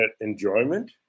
enjoyment